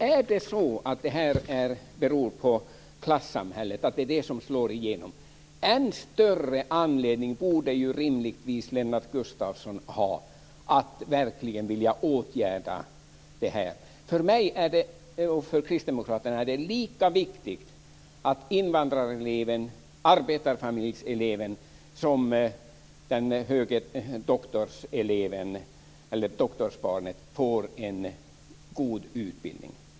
Är det så att det här beror på klassamhället, att det är det som slår igenom borde Lennart Gustavsson rimligtvis ha än större anledning att verkligen vilja åtgärda det här. För mig och kristdemokraterna är det lika viktigt att invandrareleven och arbetarfamiljens elev som doktorsbarnet får en god utbildning.